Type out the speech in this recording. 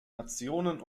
nationen